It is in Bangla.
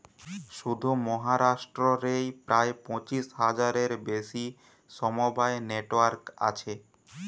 শুধু মহারাষ্ট্র রেই প্রায় পঁচিশ হাজারের বেশি সমবায় নেটওয়ার্ক আছে